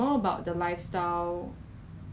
不是一定你会拿到那个 colour 的